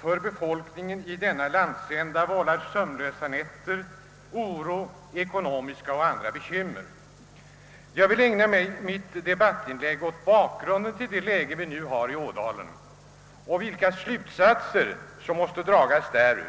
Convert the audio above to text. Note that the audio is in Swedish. för befolkningen i denna landsända vållar sömnlösa nätter, oro, ekonomiska och andra bekymmer. Jag vill i stället ägna mitt debattinlägg åt att skissera bakgrunden till det läge vi nu har i Ådalen samt säga några ord om vilka slutsatser som måste dras därav.